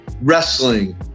Wrestling